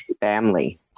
family